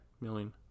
million